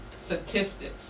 statistics